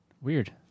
Weird